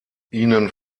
ihnen